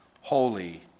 holy